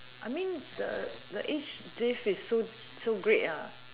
I meant the the age diff is so so great